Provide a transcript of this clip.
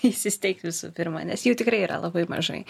įsisteigti pirma nes jų tikrai yra labai mažai